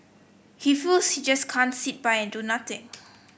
he feels he just can't sit by and do nothing